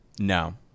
No